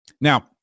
Now